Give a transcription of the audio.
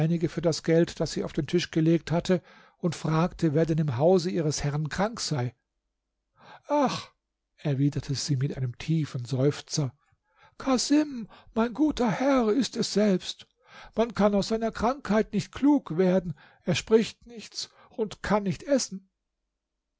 für das geld das sie auf den tisch gelegt hatte und fragte wer denn im hause ihres herrn krank sei ach erwiderte sie mit einem tiefen seufzer casim mein guter herr ist es selbst man kann aus seiner krankheit nicht klug werden er spricht nichts und kann nichts essen